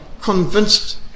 convinced